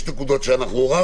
יש נקודות שעוררנו.